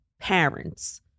parents